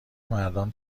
مردان